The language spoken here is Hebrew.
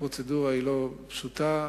הפרוצדורה אינה פשוטה,